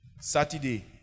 Saturday